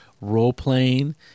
role-playing